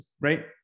right